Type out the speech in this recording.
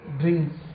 drinks